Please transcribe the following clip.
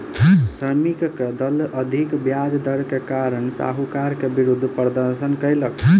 श्रमिकक दल अधिक ब्याज दर के कारण साहूकार के विरुद्ध प्रदर्शन कयलक